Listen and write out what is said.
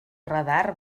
radar